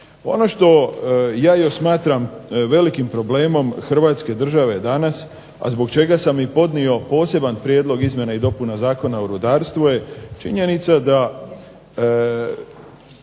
Ono što ja još smatram velikim problemom Hrvatske države danas, a zbog čega sam i podnio poseban prijedlog izmjena i dopunama Zakona o rudarstvu je činjenica da